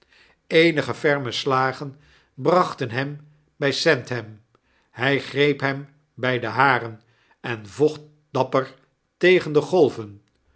eenige ferme slagen brachten hem by sandham hy greep hem by de haren en vocht dapper tegen de golven